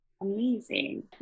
amazing